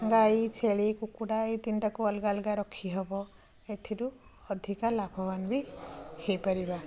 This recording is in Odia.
ଗାଈ ଛେଳି କୁକୁଡ଼ା ଏଇ ତିନିଟାକୁ ଅଲଗା ଅଲଗା ରଖିହେବ ଏଥିରୁ ଅଧିକା ଲାଭବାନ ବି ହେଇ ପାରିବା